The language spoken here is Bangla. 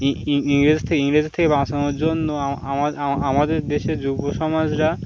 ইংরেজ থেকে ইংরেজি থেকে বাঁচানোর জন্য আমাদের আমাদের দেশের যুব সমাজরা